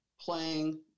playing